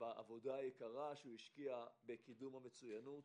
בעבודה היקרה שהשקיע בקידום המצוינות.